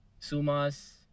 sumas